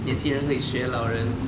年轻人可以学老人